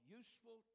useful